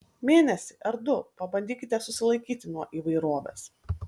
mėnesį ar du pabandykite susilaikyti nuo įvairovės